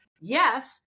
Yes